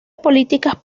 políticas